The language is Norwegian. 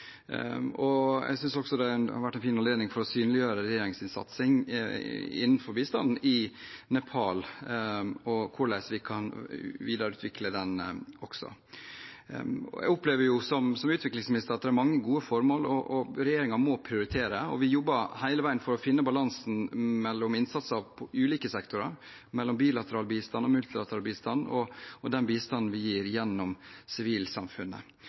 krone. Jeg synes også det har vært en fin anledning til å synliggjøre regjeringens satsinger innenfor bistanden i Nepal og hvordan vi kan videreutvikle den også. Jeg opplever som utviklingsminister at det er mange gode formål, og regjeringen må prioritere. Vi jobber hele veien med å finne balansen mellom innsatser i ulike sektorer, mellom bilateral bistand og multilateral bistand og den bistanden vi gir gjennom sivilsamfunnet.